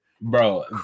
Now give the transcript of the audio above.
Bro